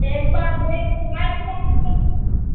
ایک بار میں منگائے تھے آپ کے پاس سے